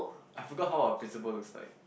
I forgot how our principle looks like